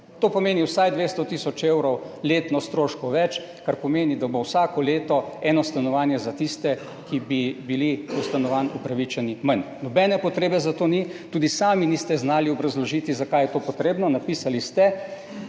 To pomeni vsaj 200 tisoč evrov letno stroškov več. Kar pomeni, da bo vsako leto eno stanovanje za tiste, ki bi bili do stanovanj upravičeni, manj. Nobene potrebe za to ni, tudi sami niste znali obrazložiti, zakaj je to potrebno. Napisali ste,